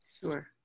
Sure